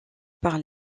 par